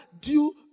due